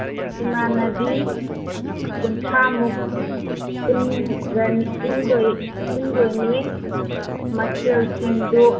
ꯏꯃꯥꯅꯕꯤ ꯀꯨꯟꯊ꯭ꯔꯥꯃꯨꯛ ꯄꯨꯟꯗꯣꯏꯅꯤ ꯃꯊꯦꯜꯁꯤꯡꯗꯨ